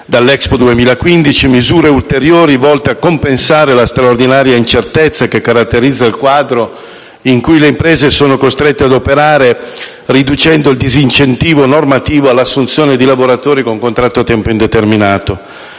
dall'Expo 2015, misure ulteriori volte a compensare la straordinaria incertezza che caratterizza il quadro in cui le imprese sono costrette ad operare, riducendo il disincentivo normativo all'assunzione di lavoratori con contratto a tempo indeterminato.